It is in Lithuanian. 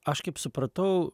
aš kaip supratau